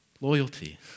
Loyalty